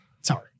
Sorry